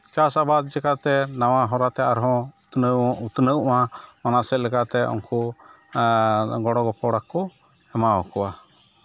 ᱪᱟᱥ ᱟᱵᱟᱫ ᱪᱤᱠᱟᱛᱮ ᱪᱟᱥ ᱟᱵᱟᱫ ᱟᱨᱦᱚᱸ ᱩᱛᱱᱟᱹᱣᱚᱜᱼᱟ ᱚᱱᱟ ᱥᱮᱫ ᱞᱮᱠᱟᱛᱮ ᱩᱱᱠᱩ ᱜᱚᱲᱚ ᱜᱚᱯᱚᱲ ᱟᱠᱚ ᱮᱢᱟᱣ ᱠᱚᱣᱟ